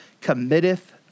committeth